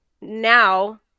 Now